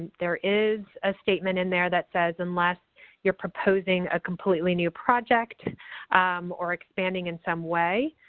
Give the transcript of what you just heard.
there is a statement in there that says unless you're proposing a completely new project or expanding in some way